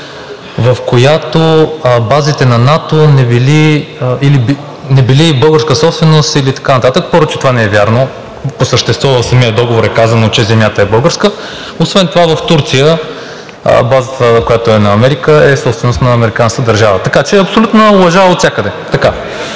в която базите на НАТО не били българска собственост или така нататък. Това не е вярно. По същество в самия договор е казано, че земята е българска. Освен това в Турция базата, която е на Америка, е собственост на американската държава, така че е абсолютна лъжа отвсякъде.